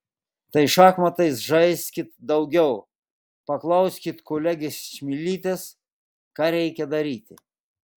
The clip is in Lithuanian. tai šachmatais žaiskit daugiau paklauskit kolegės čmilytės ką reikia daryti